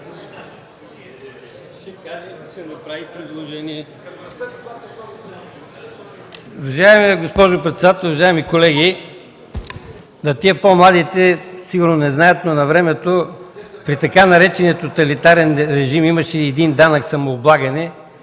ще направим предложение